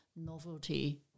novelty